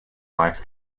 life